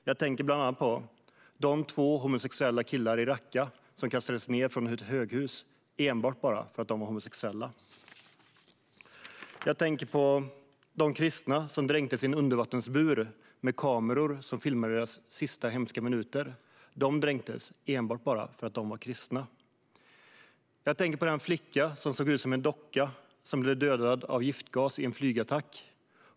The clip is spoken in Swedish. Jag tänker bland annat på de två homosexuella killar i al-Raqqa som kastades ned från ett höghus enbart för att de var homosexuella. Jag tänker på de kristna som dränktes i en undervattensbur med kameror som filmade deras sista hemska minuter. De dränktes enbart för att de var kristna. Jag tänker på den flicka som såg ut som en docka och som blev dödad av giftgas i en flygattack.